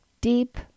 deep